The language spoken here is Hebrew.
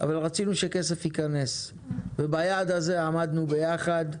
אבל רצינו שכסף ייכנס, וביעד הזה עמדנו ביחס,